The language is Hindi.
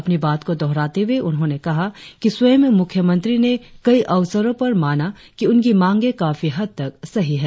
अपनी बात को दोहराते हुए उन्होंने कहा कि स्वयं मुख्यमंत्री ने कई अवसरो पर माना कि उनकी मांगे काफी हद तक सही है